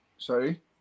Sorry